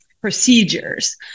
procedures